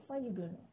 why you don't